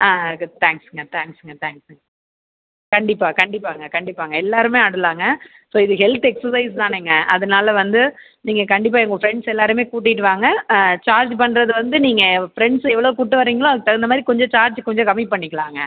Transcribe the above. ஆ க தேங்க்ஸுங்க தேங்க்ஸுங்க தேங்க்ஸு கண்டிப்பாக கண்டிப்பாகங்க கண்டிப்பாகங்க எல்லாருமே ஆடலாம்ங்க ஸோ இது ஹெல்த் எக்ஸர்சைஸ் தானேங்க அதனால வந்து நீங்கள் கண்டிப்பாக உங்கள் ஃப்ரெண்ட்ஸ் எல்லாருமே கூட்டியிட்டு வாங்க சார்ஜ் பண்ணுறது வந்து நீங்கள் ஃப்ரெண்ட்ஸ் எவ்வளோ கூட்டு வரீங்களோ அதுக்கு தகுந்த மாதிரி கொஞ்சம் சார்ஜு கொஞ்சம் கம்மி பண்ணிக்கலாங்க